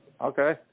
Okay